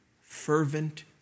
Fervent